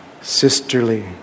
sisterly